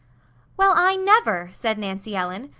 well, i never! said nancy ellen.